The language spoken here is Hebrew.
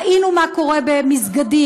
ראינו מה קורה במסגדים,